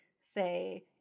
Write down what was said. say